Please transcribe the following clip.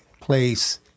place